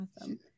awesome